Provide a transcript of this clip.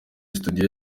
studio